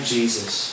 Jesus